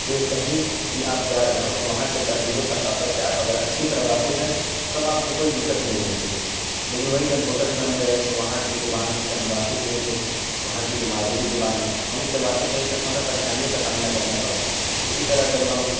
کہ کہیں بھی آپ جا رہے ہوں تو وہاں کی تہذیب و ثقافت سے آپ اگر اچّھی طرح واقف ہیں تب آپ کو کوئی دِقّت نہیں ہوتی لیکن وہی جب ہوٹل میں ہم گئے تو وہاں کی زبان سے ہم واقف نہیں تھے وہاں کی جو مادری زبان ہے ہم اس سے واقف نہیں تھے تو ہمیں پریشانیوں کا سامنا کرنا پڑا اسی طرح جب ہم